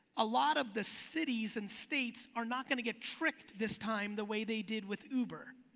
a lot of the cities and states are not gonna get tricked this time the way they did with uber.